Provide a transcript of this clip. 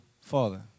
father